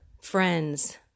friends